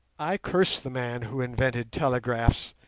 i cursed the man who invented telegraphs.